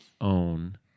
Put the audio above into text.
own